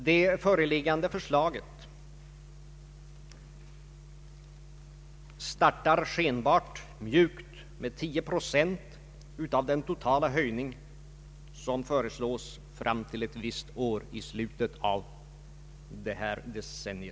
Det föreliggande förslaget startar skenbart mjukt med 10 procent av den totala höjning som föreslås fram till ett visst år i slutet av detta decennium.